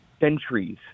centuries